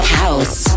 house